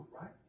right